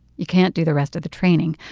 you can't do the rest of the training.